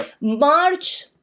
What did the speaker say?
March